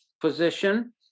position